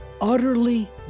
utterly